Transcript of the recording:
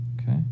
Okay